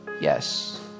yes